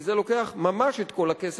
כי זה לוקח ממש את כל הכסף,